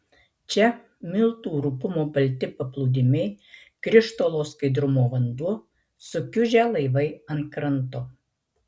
čia miltų rupumo balti paplūdimiai krištolo skaidrumo vanduo sukiužę laivai ant kranto